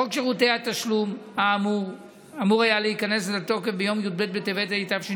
חוק שירותי התשלום אמור היה להיכנס לתוקף ביום י"ב בטבת התש"ף,